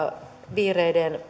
vihreiden